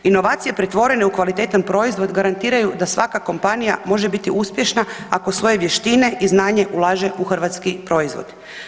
Inovacije pretvorene u kvalitetan proizvod garantiraju da svaka kompanija može biti uspješna ako svoje vještine i znanje ulaže u hrvatski proizvod.